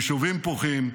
ליישובים פורחים,